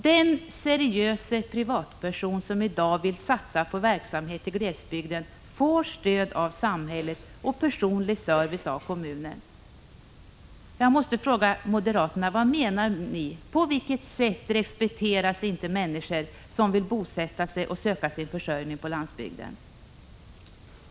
Den seriöse privatperson som i dag vill satsa på verksamhet i glesbygden får stöd av samhället och personlig service av kommunen. Jag måste fråga moderaterna vad de menar. På vilket sätt respekteras inte människor som vill bosätta sig och söka sin försörjning på landsbygden?